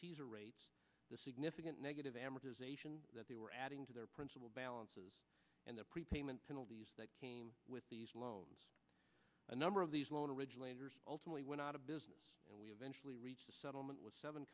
teaser rates the significant negative amortization that they were adding to their principal balances and the prepayment penalties that came with these loans a number of these loan originators ultimately went out of business and we eventually reached a settlement with seven